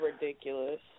ridiculous